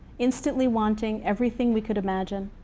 instantly wanting everything we could imagine,